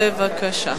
בבקשה.